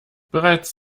bereits